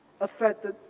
affected